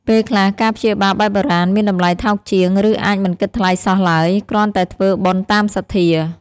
ពេលខ្លះ ការព្យាបាលបែបបុរាណមានតម្លៃថោកជាង ឬអាចមិនគិតថ្លៃសោះឡើយ គ្រាន់តែធ្វើបុណ្យតាមសទ្ធា។